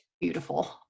beautiful